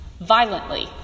violently